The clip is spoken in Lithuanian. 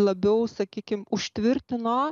labiau sakykim užtvirtino